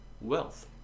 wealth